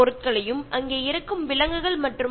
അതായത് അവിടെയുള്ള ആഹാരസാധനങ്ങൾ ഉൾപ്പെടെ